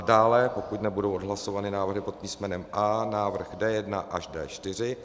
Dále, pokud nebudou odhlasovány návrhy pod písmenem A, návrh D1 až D4.